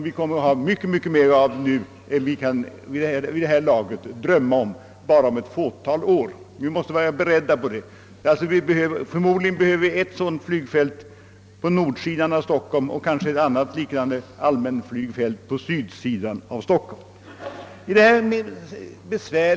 Vi kommer att få mycket mer härav bara inom ett fåtal år än vad vi vid det här laget kan drömma om. Förmodligen behöver vi ett sådant flygfält på nordsidan av Stockholm och kanske också ett annat liknande allmänflygfält på sydsidan av Stockholm.